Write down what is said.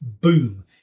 Boom